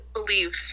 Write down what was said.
believe